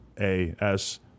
a-s